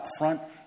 upfront